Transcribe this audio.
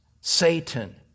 Satan